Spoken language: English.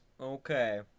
okay